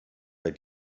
bei